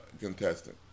contestant